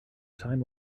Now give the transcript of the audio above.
time